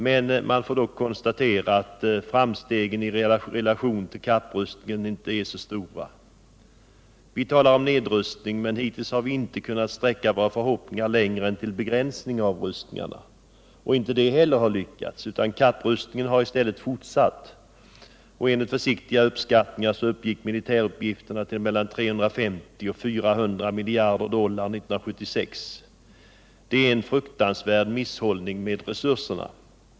Man får dock konstatera att framstegen i relation till kapprustningen inte är så stora. Vi talar om nedrustning, men hittills har vi inte kunnat sträcka våra förhoppningar längre än till begränsning av rustningarna. Inte heller detta har lyckats, utan kapprustningen har i stället fortsatt. Enligt försiktiga uppskattningar uppgick militärutgifterna till mellan 350 och 400 miljarder dollar 1976. Detta är en fruktansvärd misshushållning med resurserna.